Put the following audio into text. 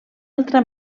altra